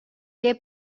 què